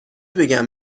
بگم